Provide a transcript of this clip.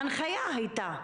הנחיה הייתה.